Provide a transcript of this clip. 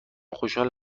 خوشحال